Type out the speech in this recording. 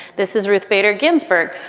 this is ruth bader ginsburg.